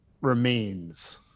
remains